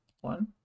one